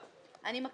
אני לא אסכים לזה.